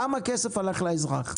כמה כסף הלך לאזרח?